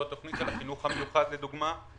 תוכנית של החינוך המיוחד לדוגמה.